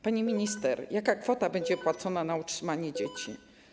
Pani minister, jaka kwota będzie płacona na utrzymanie dzieci?